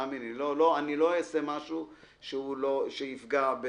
לא אעשה משהו שיפגע.